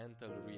mental